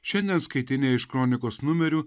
šiandien skaitiniai iš kronikos numerių